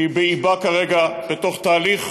שהיא באיבה כרגע, בתוך תהליך,